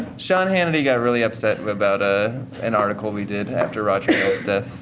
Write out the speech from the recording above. sean hannity got really upset about ah an article we did after roger ailes' death.